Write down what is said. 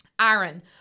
Aaron